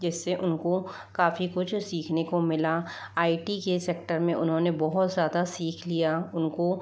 जिससे उनको काफ़ी कुछ सीखने को मिला आई टी के सेक्टर में उन्होंने बहुत ज़्यादा सीख लिया उनको